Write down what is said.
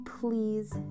please